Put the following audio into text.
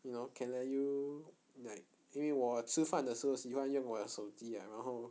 you know can let you like 因为我吃饭的时候喜欢用我的手机 ah 然后